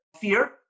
fear